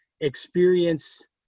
experience